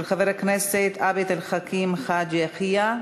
של חבר הכנסת עבד אל חכים חאג' יחיא,